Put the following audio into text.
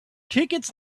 tickets